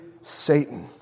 Satan